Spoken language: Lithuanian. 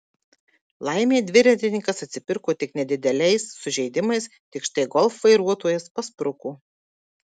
laimei dviratininkas atsipirko tik nedideliais sužeidimais tik štai golf vairuotojas paspruko